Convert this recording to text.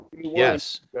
Yes